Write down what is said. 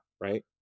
right